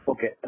Okay